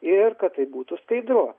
ir kad tai būtų skaidru